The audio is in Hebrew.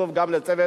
שוב, גם לצוות,